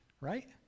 right